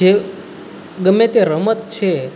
જે ગમે તે રમત છે